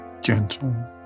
gentle